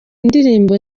indirimbo